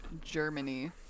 Germany